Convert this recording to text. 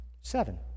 Seven